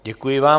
Děkuji vám.